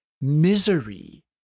misery